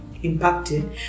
impacted